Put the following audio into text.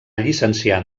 llicenciar